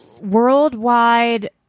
worldwide